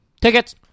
Tickets